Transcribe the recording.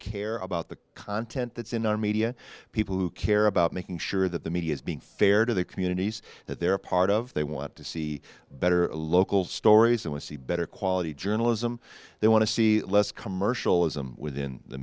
care about the content that's in our media people who care about making sure that the media is being fair to their communities that they're part of they want to see better local stories they want to see better quality journalism they want to see less commercialism within the